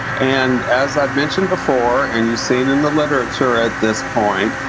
and as i've mentioned before and you've seen in the literature at this point,